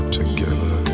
together